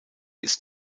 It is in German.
ist